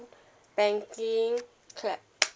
banking clap